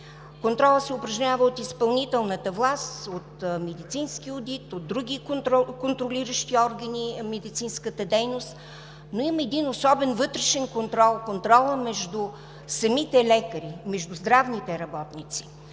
Контролът се упражнява от изпълнителната власт, от медицински одит, от други контролиращи медицинската дейност органи. Но има един особен, вътрешен контрол – контролът между самите лекари, между здравните работници